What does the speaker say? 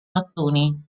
mattoni